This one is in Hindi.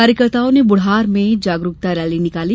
कार्यकताओं ने बुढ़ार में जागरूकता रैली निकाली